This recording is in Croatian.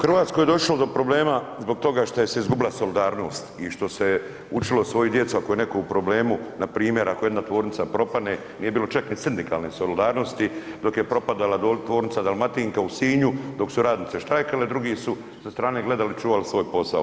U Hrvatskoj je došlo do problema zbog toga što se je izgubila solidarnost i što se učilo svoju djecu, ako je netko u problemu, npr. ako jedna tvornica propadne, nije bilo čak ni sindikalne solidarnosti, dok je propadala tvornica Dalmatinka u Sinju, dok su radnice štrajkale, drugi su sa strane gledali i čuvali svoj posao.